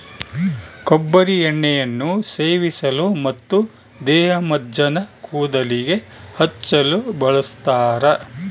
ಕೊಬ್ಬರಿ ಎಣ್ಣೆಯನ್ನು ಸೇವಿಸಲು ಮತ್ತು ದೇಹಮಜ್ಜನ ಕೂದಲಿಗೆ ಹಚ್ಚಲು ಬಳಸ್ತಾರ